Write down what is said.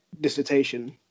dissertation